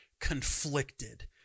conflicted